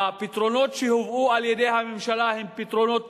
הפתרונות שהובאו על-ידי הממשלה הם פתרונות כושלים,